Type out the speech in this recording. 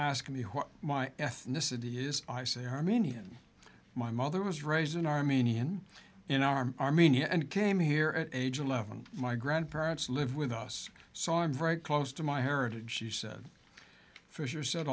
what my ethnicity is i say armenian my mother was raised in armenian in our armenia and came here at age eleven my grandparents lived with us saw him very close to my heritage she said fisher said